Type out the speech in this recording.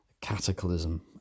cataclysm